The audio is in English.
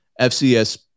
FCS